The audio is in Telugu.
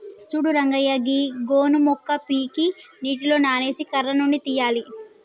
సూడు రంగయ్య గీ గోను మొక్క పీకి నీటిలో నానేసి కర్ర నుండి తీయాలి